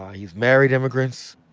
he's married immigrants.